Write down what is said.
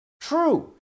true